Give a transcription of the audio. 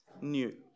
new